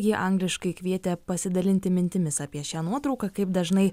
ji angliškai kvietė pasidalinti mintimis apie šią nuotrauką kaip dažnai